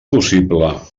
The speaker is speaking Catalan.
possible